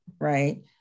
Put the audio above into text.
Right